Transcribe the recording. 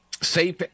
safe